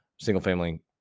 single-family